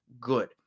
good